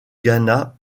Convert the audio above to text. ghana